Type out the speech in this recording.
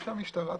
פנים,